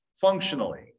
functionally